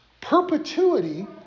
Perpetuity